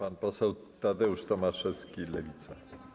Pan poseł Tadeusz Tomaszewski, Lewica.